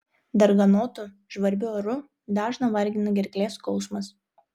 darganotu žvarbiu oru dažną vargina gerklės skausmas